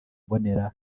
mbonera